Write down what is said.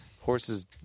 horse's